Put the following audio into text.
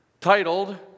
titled